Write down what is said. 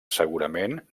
segurament